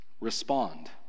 respond